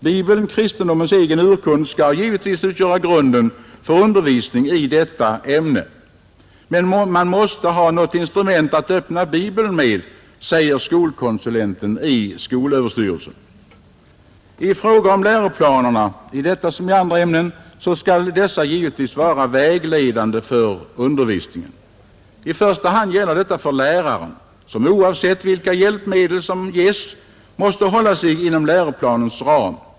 Bibeln, kristendomens egen urkund, skall givetvis utgöra grunden för undervisningen i detta ämne. Men man måste ha något instrument att öppna Bibeln med, säger skolkonsulenten i skolöverstyrelsen. Läroplanerna skall — i detta som i andra ämnen — givetvis vara vägledande för undervisningen. I första hand gäller detta för läraren, som oavsett vilka hjälpmedel som ges måste hålla sig inom läroplanens ram.